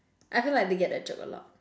I feel like they get that joke a lot